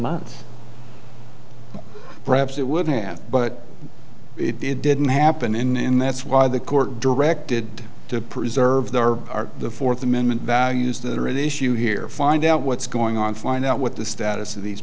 months perhaps it would have but it didn't happen in and that's why the court directed to preserve the are the fourth amendment values that are at issue here find out what's going on find out what the status of these